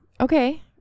okay